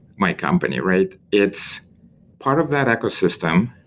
my company, right? it's part of that ecosystem,